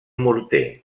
morter